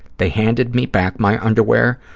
they handed me back my underwear,